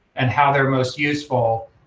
and how they're most useful,